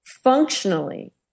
functionally